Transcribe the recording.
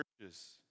churches